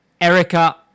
Erica